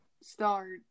start